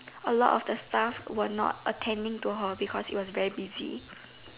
a lot of the staff was not attending to her because it was very busy